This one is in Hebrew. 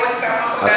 בעוד כמה חודשים,